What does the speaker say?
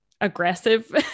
aggressive